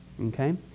okay